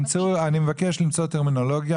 אני מבקש למצוא טרמינולוגיה,